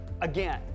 Again